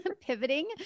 pivoting